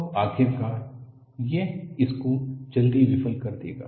तो आखिरकार यह इसको जल्दी विफल कर देगा